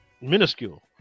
minuscule